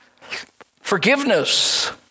Forgiveness